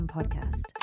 podcast